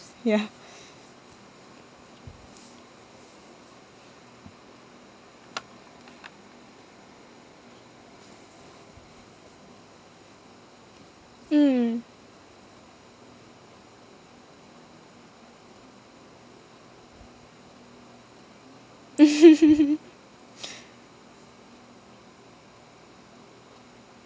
ya mm